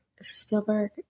Spielberg